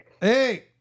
Hey